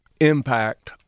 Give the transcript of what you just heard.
impact